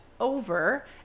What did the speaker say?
over